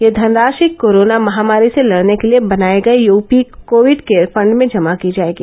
यह धनराशि कोरोना महामारी से लड़ने के लिए बनाए गए यूपी कोविड केयर फण्ड में जमा की जाएगी